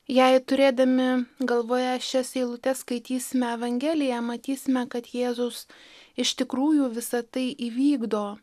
jei turėdami galvoje šias eilutes skaitysime evangeliją matysime kad jėzus iš tikrųjų visa tai įvykdo